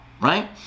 right